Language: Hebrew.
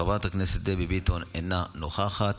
חברת הכנסת נעמה לזימי, אינה נוכחת,